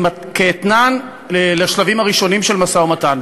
כאתנן לשלבים הראשונים של משא-ומתן.